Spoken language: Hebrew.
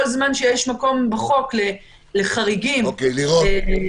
כל זמן שיש מקום בחוק לחריגים- -- תודה, לירון.